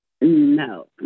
No